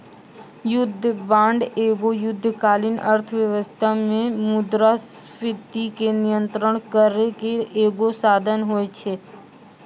युद्ध बांड एगो युद्धकालीन अर्थव्यवस्था से मुद्रास्फीति के नियंत्रण करै के एगो साधन होय छै